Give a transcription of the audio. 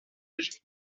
neige